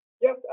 Yes